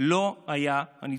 לא היה הניצחון.